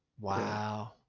Wow